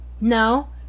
No